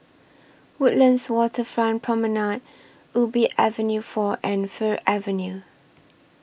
Woodlands Waterfront Promenade Ubi Avenue four and Fir Avenue